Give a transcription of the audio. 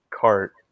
cart